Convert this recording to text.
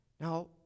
Now